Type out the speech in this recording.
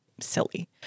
silly